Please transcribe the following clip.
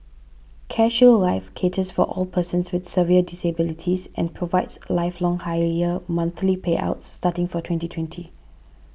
CareShield Life caters for all persons with severe disabilities and provides lifelong higher monthly payouts starting from twenty twenty